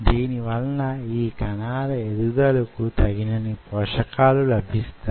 దీని వలన యీ కణాల ఎదుగుదలకు తగినన్ని పోషకాలు లభిస్తాయి